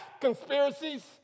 conspiracies